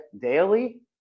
daily